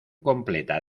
completa